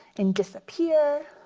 in disappear,